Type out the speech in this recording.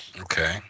Okay